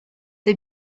the